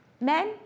Men